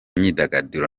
myidagaduro